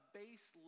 base